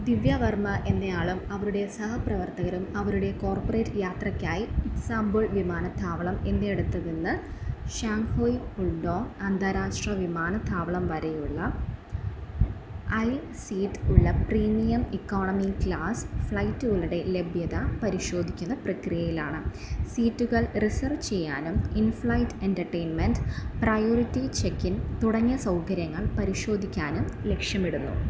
ദിവ്യ വർമ്മ എന്നയാളും അവരുടെ സഹപ്രവർത്തകരും അവരുടെ കോർപ്പറേറ്റ് യാത്രക്കായി ഇസ്താംബുൾ വിമാനത്താവളം എന്നയിടത്തു നിന്ന് ഷാങ്ഹായ് ഹുഡോംഗ് അന്താരാഷ്ട്ര വിമാനത്താവളം വരെയുള്ള ഐൽ സീറ്റ് ഉള്ള പ്രീമിയം ഇക്കോണമി ക്ലാസ് ഫ്ലൈറ്റുകളുടെ ലഭ്യത പരിശോധിക്കുന്ന പ്രക്രിയയിലാണ് സീറ്റുകൾ റിസർവ് ചെയ്യാനും in flight entertainment priority check in തുടങ്ങിയ സൗകര്യങ്ങൾ പരിശോധിക്കാനും ലക്ഷ്യമിടുന്നു